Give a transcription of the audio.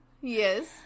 yes